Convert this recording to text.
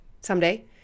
someday